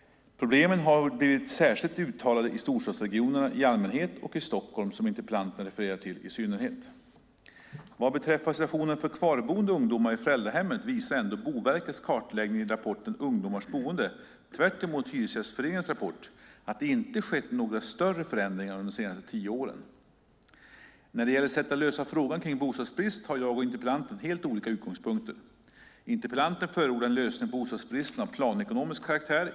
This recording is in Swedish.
Problemen har blivit särskilt uttalade i storstadsregionerna i allmänhet och i Stockholm, som interpellanten refererar till, i synnerhet. Vad beträffar situationen för kvarboende ungdomar i föräldrahemmet visar ändå Boverkets kartläggning i rapporten Ungdomars boende , tvärtemot Hyresgästföreningens rapport, att det inte har skett några större förändringar under de senaste tio åren. När det gäller sättet att lösa frågan kring bostadsbrist har jag och interpellanten helt olika utgångspunkter. Interpellanten förordar en lösning på bostadsbristen av planekonomisk karaktär.